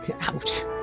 Ouch